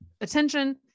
attention